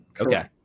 Okay